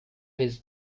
his